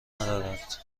ندارد